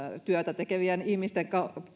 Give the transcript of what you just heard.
työtä tekevien ihmisten